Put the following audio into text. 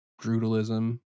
brutalism